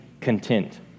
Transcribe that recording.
content